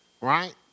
right